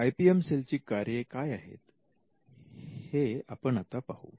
I P M cell ची कार्य काय आहेत हे आपण आता पाहू